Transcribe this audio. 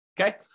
Okay